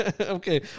Okay